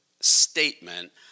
statement